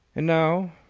and now,